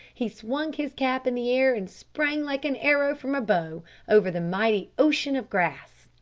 he swung his cap in the air and sprang like an arrow from a bow over the mighty ocean of grass.